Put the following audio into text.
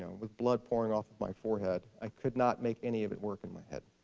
and with blood pouring off of my forehead, i could not make any of it work in my head.